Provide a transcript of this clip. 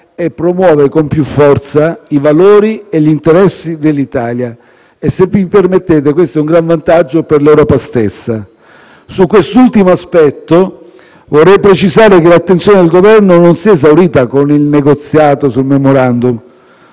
e promuove con più forza i valori e gli interessi dell'Italia. E, se mi permettete, questo è un gran vantaggio per l'Europa stessa. Su quest'ultimo aspetto vorrei precisare che l'attenzione del Governo non si è esaurita con il negoziato sul *memorandum*.